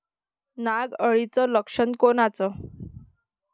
नाग अळीचं लक्षण कोनचं?